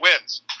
wins